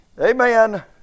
Amen